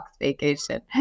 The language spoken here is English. vacation